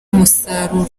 umusaruro